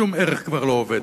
שום ערך כבר לא עובד.